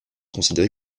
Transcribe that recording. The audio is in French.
considéré